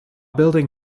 building